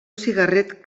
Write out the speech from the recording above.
cigarret